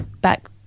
back